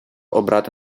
обрати